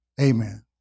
Amen